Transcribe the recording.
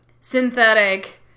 synthetic